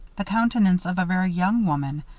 the countenance of a very young woman,